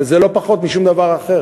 וזה לא פחות משום דבר אחר.